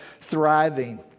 thriving